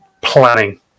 planning